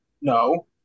No